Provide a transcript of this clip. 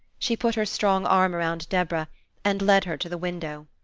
she put her strong arm around deborah and led her to the window.